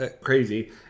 crazy